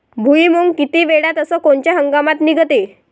भुईमुंग किती वेळात अस कोनच्या हंगामात निगते?